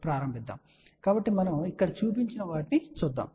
కాబట్టి మనం ఇక్కడ చూపించిన వాటిని చూద్దాం